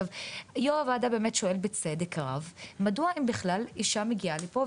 היות ויו"ר הוועדה באמת שואל בצדק רב מדוע האישה מגיעה לפה,